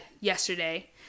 yesterday